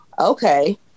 Okay